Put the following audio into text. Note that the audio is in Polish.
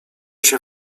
się